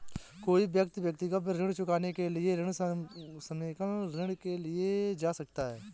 कोई व्यक्ति व्यक्तिगत ऋण चुकाने के लिए ऋण समेकन ऋण के लिए जा सकता है